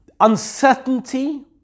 Uncertainty